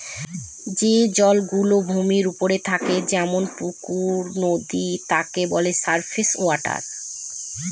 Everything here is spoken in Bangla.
যে জল গুলো ভূমির ওপরে থাকে যেমন পুকুর, নদী তাকে বলে সারফেস ওয়াটার